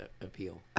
appeal